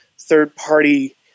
third-party